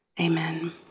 Amen